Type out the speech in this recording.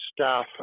Staff